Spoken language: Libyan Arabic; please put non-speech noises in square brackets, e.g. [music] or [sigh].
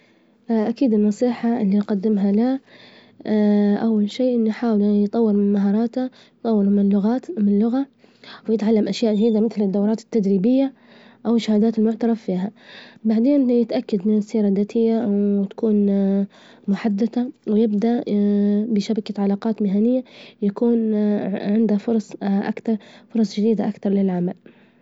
[hesitation] أكيد النصيحة إللي أجدمها له [hesitation] أول شي إنه يحأول إنه يطور من مهاراته، يطور من لغات- من لغة، ويتعلم أشياء جديدة مثل: الدورات التدريبية، أوالشهادات المعترف فيها، بعدين يتأكد من السيرة الذاتية تكون [hesitation] محدثة، ويبدأ [hesitation] بشبكة علاجات مهنية يكون عندها فرص [hesitation] أكثر، [hesitation] فرص جديدة أكثر للعمل.